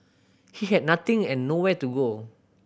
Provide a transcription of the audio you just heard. he had nothing and nowhere to go